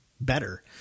better